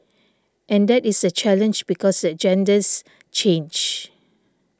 and that is the challenge because the agendas change